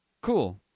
cool